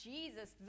Jesus